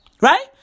Right